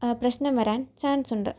പ്രശ്നം വരാൻ ചാൻസുണ്ട്